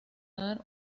dar